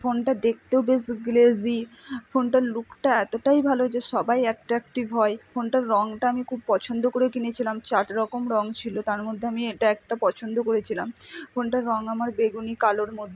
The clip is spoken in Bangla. ফোনটা দেখতেও বেশ গ্লেজি ফোনটার লুকটা এতটাই ভালো যে সবাই অ্যাট্রাক্টিভ হয় ফোনটার রঙটা আমি খুব পছন্দ করেও কিনেছিলাম চার রকম রঙ ছিলো তার মধ্যে আমি এটা একটা পছন্দ করেছিলাম ফোনটার রঙ আমার বেগুনি কালোর মধ্যে